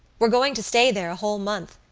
we're going to stay there a whole month.